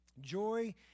Joy